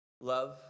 Love